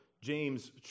James